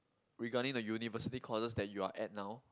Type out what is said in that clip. regarding the university courses that you are at now